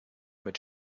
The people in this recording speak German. mit